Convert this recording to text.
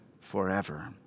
forever